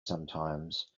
sometimes